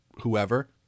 whoever